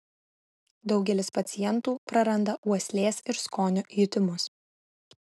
daugelis pacientų prarandą uoslės ir skonio jutimus